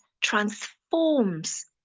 transforms